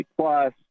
plus